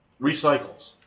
recycles